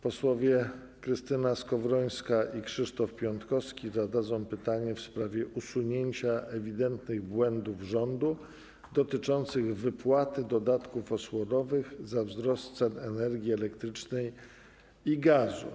Posłowie Krystyna Skowrońska i Krzysztof Piątkowski zadadzą pytanie w sprawie usunięcia ewidentnych błędów rządu dotyczących wypłaty dodatków osłonowych za wzrost cen energii elektrycznej i gazu.